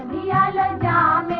da da